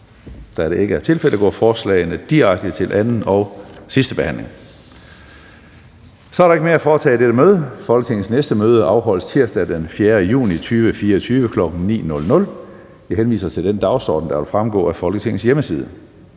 10:39 Meddelelser fra formanden Tredje næstformand (Karsten Hønge): Der er ikke mere at foretage i dette møde. Folketingets næste møde afholdes tirsdag den 4. juli 2024, kl. 9.00. Jeg henviser til den dagsorden, der vil fremgå af Folketingets hjemmeside.